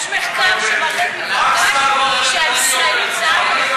יש מחקר שמראה במפורש שהישראלים זה העם היחיד